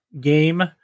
game